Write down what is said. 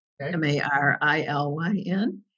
M-A-R-I-L-Y-N